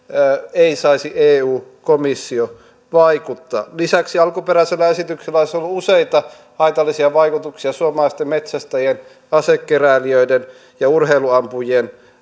ei saisi eu komissio vaikuttaa lisäksi alkuperäisellä esityksellä olisi ollut useita haitallisia vaikutuksia suomalaisten metsästäjien asekeräilijöiden ja urheiluampujien